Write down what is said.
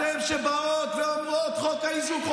אתן שבאות ואומרות "חוק האיזוק",